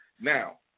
now